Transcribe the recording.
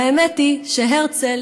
והאמת היא שהרצל,